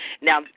Now